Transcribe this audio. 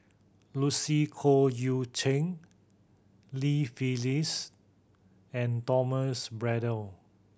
Lucy Koh Eu Cheng Li Phyllis and Thomas Braddell